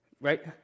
Right